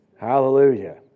Hallelujah